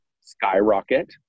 skyrocket